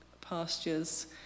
pastures